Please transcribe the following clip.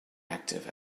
active